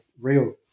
real